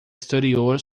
exterior